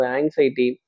anxiety